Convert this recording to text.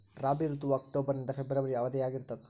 ರಾಬಿ ಋತುವು ಅಕ್ಟೋಬರ್ ನಿಂದ ಫೆಬ್ರವರಿ ಅವಧಿಯಾಗ ಇರ್ತದ